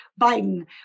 Biden